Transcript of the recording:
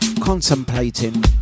Contemplating